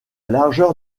largeur